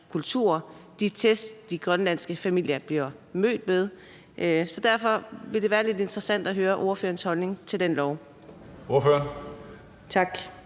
kultur og de test, de grønlandske familier bliver mødt med. Så derfor vil det være lidt interessant at høre ordførerens holdning til den lov.